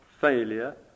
failure